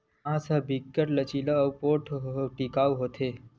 बांस ह बिकट के लचीला, पोठ अउ टिकऊ होथे